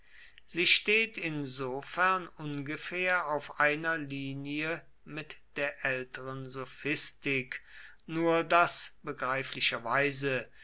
sie steht insofern ungefähr auf einer linie mit der älteren sophistik nur daß begreiflicherweise